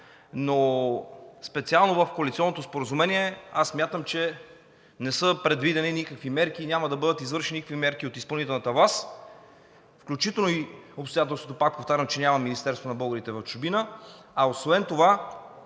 но специално в коалиционното споразумение аз смятам, че не са предвидени никакви мерки, няма да бъдат извършени никакви мерки от изпълнителната власт, включително и обстоятелството, повтарям, че няма Министерство на българите в чужбина. А освен това